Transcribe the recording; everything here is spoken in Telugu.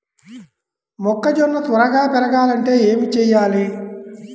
మొక్కజోన్న త్వరగా పెరగాలంటే ఏమి చెయ్యాలి?